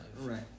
Right